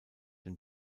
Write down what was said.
den